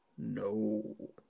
No